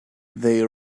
they